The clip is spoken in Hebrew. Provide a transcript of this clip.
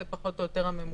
זה פחות או יותר הממוצע,